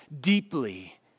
deeply